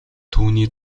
түүний